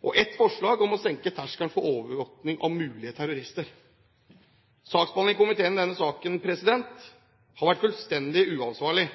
og et forslag om å senke terskelen for overvåkning av mulige terrorister. Saksbehandlingen av denne saken i komiteen har vært fullstendig uansvarlig.